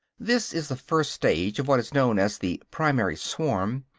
this is the first stage of what is known as the primary swarm,